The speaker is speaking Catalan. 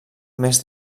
més